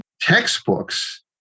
textbooks